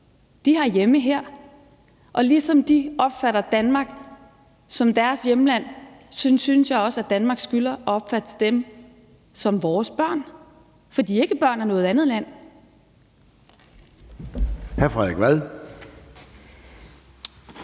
De har hjemme her. Og ligesom de opfatter Danmark som deres hjemland, synes jeg også, at Danmark skylder at opfatte dem som vores børn. For de er ikke børn af noget andet land.